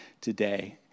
today